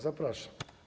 Zapraszam.